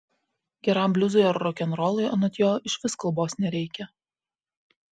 geram bliuzui ar rokenrolui anot jo išvis kalbos nereikia